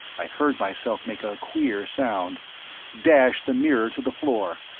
i heard myself make a queer sound dashed the mirror to the floor.